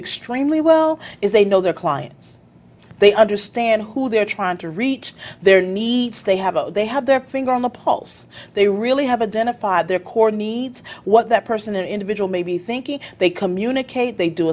extremely well is they know their clients they understand who they're trying to reach their needs they have they have their finger on the pulse they really have a den of fire their core needs what that person an individual may be thinking they communicate they do